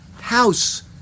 house